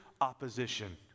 opposition